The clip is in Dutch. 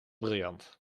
briljant